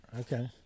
Okay